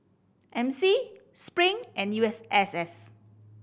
M C Spring and U S S S